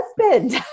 husband